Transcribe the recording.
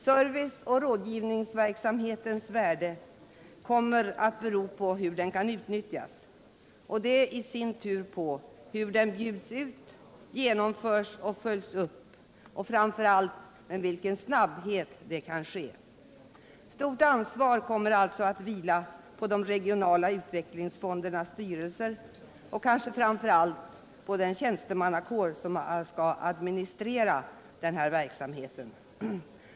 Serviceoch rådgivningsverksamhetens värde kommer att bero på hur den kan utnyttjas, och detta i sin tur på hur den bjuds ut, genomförs och följs upp och framför allt med vilken snabbhet det kan ske. Stort ansvar kommer alltså att vila på de regionala utvecklingsfondernas styrelser och kanske framför allt på den tjänstemannakår som skall administrera verksamheten.